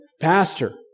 Pastor